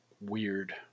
weird